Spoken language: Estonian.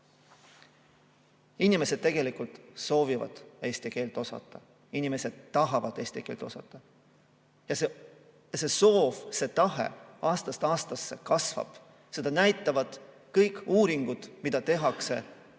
tegelikult soovivad eesti keelt osata, inimesed tahavad eesti keelt osata. See soov, see tahe aastast aastasse kasvab. Seda näitavad kõik uuringud, mida Eestis